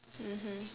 mmhmm